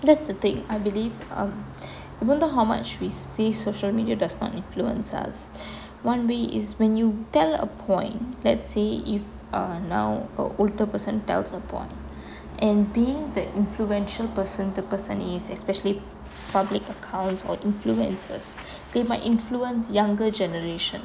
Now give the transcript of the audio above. that's the thing I believe um even though how much we say social media does not influence us one way is when you tell a point let's say if err now a older person tells upon and being the influential person the person is especially public accounts or influencers they might influence younger generation